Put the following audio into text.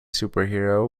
superhero